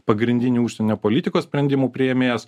pagrindinių užsienio politikos sprendimų priėmėjas